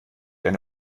eine